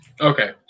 Okay